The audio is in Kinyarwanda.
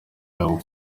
yabo